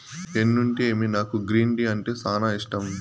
ఎన్నుంటేమి నాకు green tea అంటే సానా ఇష్టం